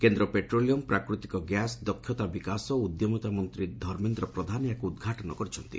କେନ୍ଦ୍ର ପେଟ୍ରୋଲିୟମ ପ୍ରାକୃତିକ ଗ୍ୟାସ୍ ଦକ୍ଷତା ବିକାଶ ଓ ଉଦ୍ୟମତା ମନ୍ତା ଧର୍ମେନ୍ଦ୍ର ପ୍ରଧାନ ଏହାକୁ ଉଦ୍ଘାଟନ କରିଛନ୍ତି